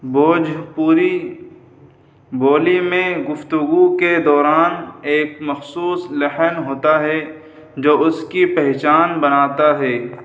بھوجپوری بولی میں گفتگو کے دوران ایک مخصوص لحن ہوتا ہے جو اس کی پہچان بناتا ہے